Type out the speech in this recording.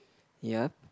ya